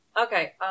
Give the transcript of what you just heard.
okay